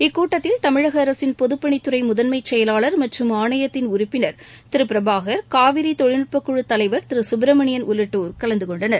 இக்கூட்டத்தில் தமிழகஅரசின் பொதுப்பணித் துறைமுதன்மைசெயலாளர் மற்றும் ஆணையத்தின் உறுப்பினர் திரு எஸ கேபிரபாகர் காவிரிதொழில்நுட்பக் குழு தலைவர் திருசுப்பிரமணியன் உள்ளிட்டோர் கலந்துகொண்டனர்